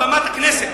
על במת הכנסת,